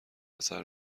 اثر